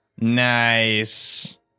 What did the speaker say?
Nice